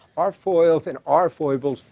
our foils and our foibles,